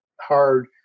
hard